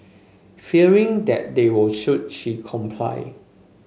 fearing that they would shoot she complied